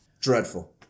Dreadful